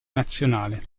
nazionale